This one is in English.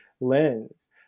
lens